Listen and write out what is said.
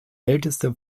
älteste